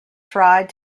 tried